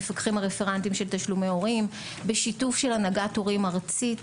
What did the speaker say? המפקחים הרפרנטים של תשלומי הורים ובשיתוף הנהגת הורים ארצית.